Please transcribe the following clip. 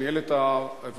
לא רק אתה מתחלף,